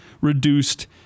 reduced